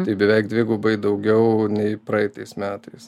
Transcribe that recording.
tai beveik dvigubai daugiau nei praeitais metais